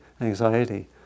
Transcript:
anxiety